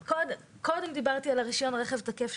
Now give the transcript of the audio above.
קודם דיברתי על רישיון רכב בתוקף,